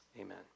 Amen